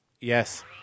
Yes